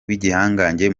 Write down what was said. w’igihangange